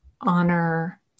honor